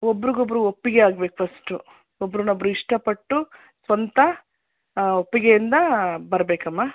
ಒಬ್ರಿಗೆ ಒಬ್ರು ಒಪ್ಪಿಗೆಯಾಗಬೇಕು ಫಸ್ಟು ಒಬ್ರನ್ನು ಒಬ್ರು ಇಷ್ಟಪಟ್ಟು ಸ್ವಂತ ಒಪ್ಪಿಗೆಯಿಂದ ಬರಬೇಕಮ್ಮ